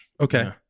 Okay